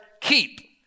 keep